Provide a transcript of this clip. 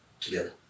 together